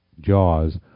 Jaws